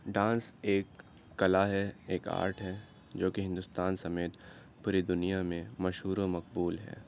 dance ایک کلا ہے ایک آرٹ ہے جو کہ ہندوستان سمیت پوری دنیا میں مشہور و مقبول ہے